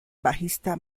bajista